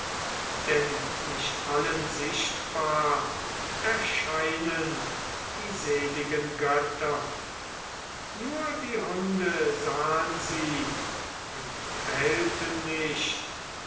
denn nicht allen sichtbar erscheinen die seligen götter nur die hunde sahn sie und bellten nicht